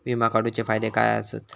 विमा काढूचे फायदे काय आसत?